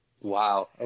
Wow